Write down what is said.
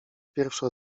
pierwszy